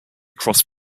across